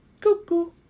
Cuckoo